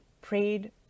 prayed